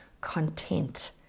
content